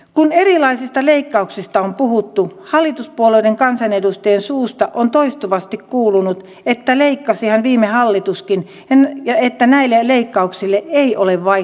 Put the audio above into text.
kun erilaisista leikkauksista on puhuttu hallituspuolueiden kansanedustajien suusta on toistuvasti kuulunut että leikkasihan viime hallituskin ja että näille leikkauksille ei ole vaihtoehtoja